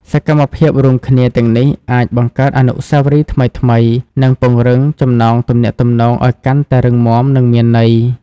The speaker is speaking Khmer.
សកម្មភាពរួមគ្នាទាំងនេះអាចបង្កើតអនុស្សាវរីយ៍ថ្មីៗ និងពង្រឹងចំណងទំនាក់ទំនងឱ្យកាន់តែរឹងមាំ និងមានន័យ។